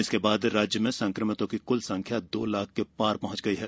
इसके बाद राज्य में संक्रमितों की क्ल संख्या दो लाख के पार पहंच गई है